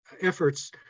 efforts